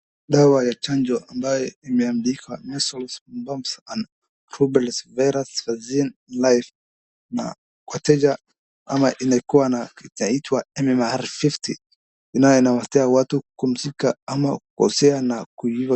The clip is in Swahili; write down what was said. Dawa ya chanjo ambayo imeandikwa measles, mumps and rubella virus vaccine life na wateja ama inakuwa na itaitwa MMR -50 inazuia watu kushikwa ama kugonjeka...